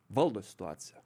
valdo situaciją